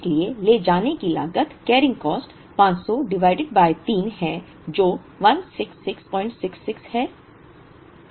इसलिए ले जाने की लागत कैरिंग कॉस्ट 500 डिवाइडेड बाय 3 है जो 16666 है